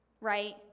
right